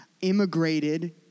immigrated